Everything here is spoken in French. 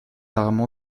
armes